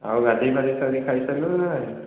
ଆଉ ଗାଧୋଇ ପାଧୋଇ ସାରିକି ଖାଇ ସାରିଲୁଣି ନା ନାହିଁ